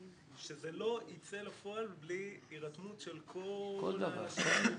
שזה לא ייצא לפועל בלי הירתמות של השילוב הזה,